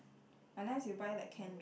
unless you buy like can drinks